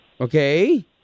Okay